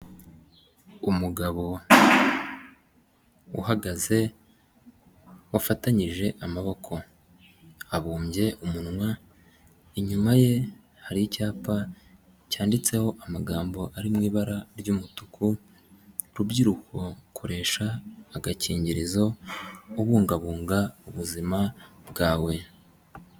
Umugabo uhagaze wafatanyije amaboko, abumbye umunwa, inyuma ye hari icyapa cyanditseho amagambo ari mu ibara ry' umutuku, rubyiruko koresha agakingirizo, ubungabunga ubuzima bwawe.